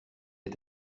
est